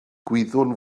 gwyddwn